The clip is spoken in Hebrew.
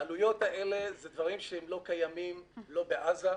העלויות האלה לא קיימות לא בעזה,